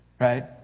right